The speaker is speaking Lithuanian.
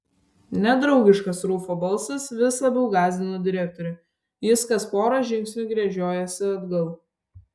nedraugiškas rufo balsas vis labiau gąsdino direktorių jis kas pora žingsnių gręžiojosi atgal